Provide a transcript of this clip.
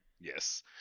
Yes